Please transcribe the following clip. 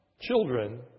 children